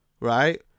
right